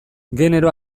genero